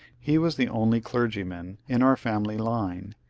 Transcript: he was the only clergyman in our family line,